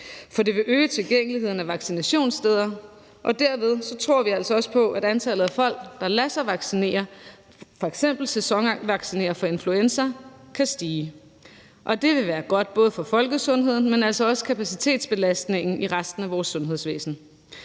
For det vil øge tilgængeligheden af vaccinationssteder, og derved tror vi altså også på, at antallet af folk, der lader sig vaccinere, f.eks. lader sig sæsonvaccinere for influenza, kan stige. Det vil både være godt for folkesundheden, men altså også kapacitetsbelastningen i resten af vores sundhedsvæsen,